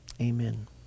Amen